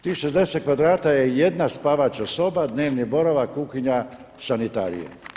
Tih 60 kvadrata je jedna spavaća soba, dnevni boravak, kuhinja, sanitarije.